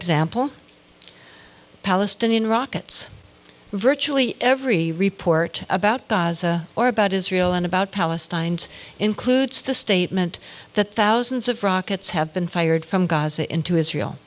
example palestinian rockets virtually every report about gaza or about israel and about palestine and includes the statement that thousands of rockets have been fired from gaza into israel